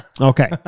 Okay